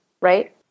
right